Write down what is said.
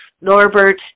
Norbert